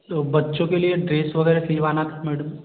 तो बच्चों के लिए ड्रेस वगैरह सिलवाना था मैडम